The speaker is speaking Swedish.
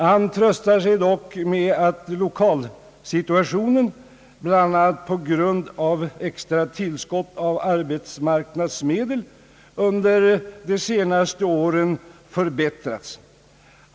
Han tröstar sig dock med att lokalsituationen, bl.a. på grund av extra tillskott av arbetsmarknadsmedel, har förbättrats under de senaste åren.